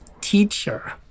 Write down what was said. teacher